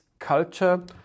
culture